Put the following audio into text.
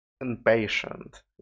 impatient